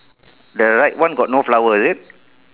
the right one got no flower is it